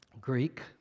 Greek